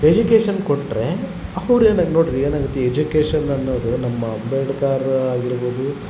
education ಕೊಟ್ಟರೆ ಅವ್ರೆನು ಹಂಗೆ ನೋಡ್ರಿ ಏನಾಗತಿ ಈ ಎಜುಕೇಶನ್ ಅನ್ನೋದು ನಮ್ಮ ಅಂಬೇಡ್ಕರ್ ಆಗಿರ್ಬೋದು